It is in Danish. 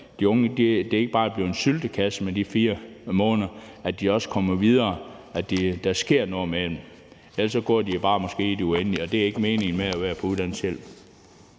at det ikke bare bliver en syltekrukke med de 4 måneder for de unge, men at de også kommer videre, og at der sker noget med dem. Ellers går de måske bare og venter i det uendelige, og det er ikke meningen med at være på uddannelseshjælp.